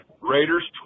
Raiders